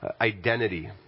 identity